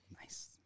Nice